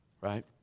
right